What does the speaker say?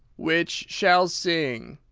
which shall sing?